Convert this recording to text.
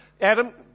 Adam